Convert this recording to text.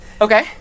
Okay